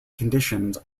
conditions